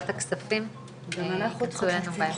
את ה-24 שעות שמחכים לתוצאה ואחר כך לחיות